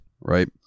Right